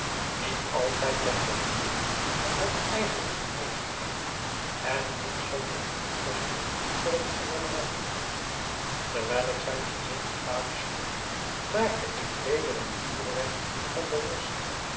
niet altijd ter voldoening van hunne eigene genegenheid en niet zonder onkosten voor het gouvernement terwijl ik zijn gezicht gadesloeg maakte ik weder een vuurwerk van de worst